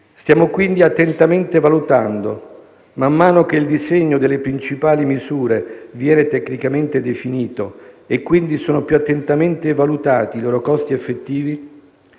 Stiamo quindi attentamente valutando, man mano che il disegno delle principali misure viene tecnicamente definito e quindi sono più attentamente valutati i loro costi effettivi,